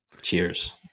Cheers